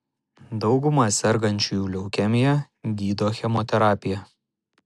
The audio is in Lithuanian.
daugumą sergančiųjų leukemija gydo chemoterapija